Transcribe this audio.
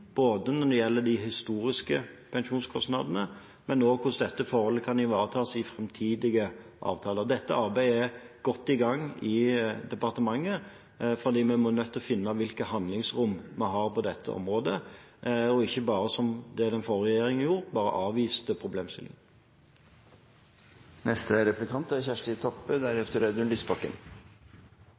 når det gjelder både de historiske pensjonskostnadene, og hvordan dette forholdet kan ivaretas i framtidige avtaler. Dette arbeidet er godt i gang i departementet, for vi er nødt til å finne ut hvilket handlingsrom vi har på dette området. Vi kan ikke gjøre som den forrige regjeringen, som bare avviste